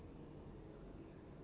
and strong